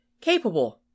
capable